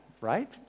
right